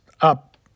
up